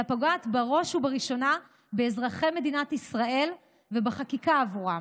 אלא פוגעת בראש ובראשונה באזרחי מדינת ישראל ובחקיקה עבורם.